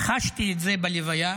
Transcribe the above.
חשתי את זה בלוויה,